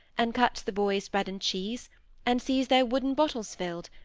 and cuts the boys' bread and cheese and sees their wooden bottles filled,